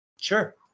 Sure